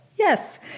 Yes